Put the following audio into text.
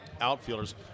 outfielders